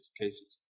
cases